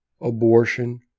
abortion